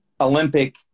Olympic